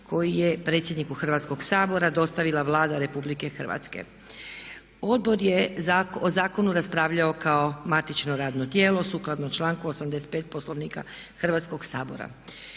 koji je predsjedniku Hrvatskog sabora dostavila Vlada RH. Odbor je o zakonu raspravljao kao matično radno tijelo sukladno članku 85. Poslovnika Hrvatskog sabora.